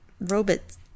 robots